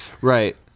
Right